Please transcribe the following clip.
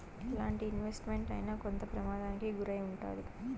ఎలాంటి investment అయినా కొంత ప్రమాదానికి గురై ఉంటాది